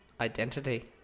identity